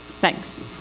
Thanks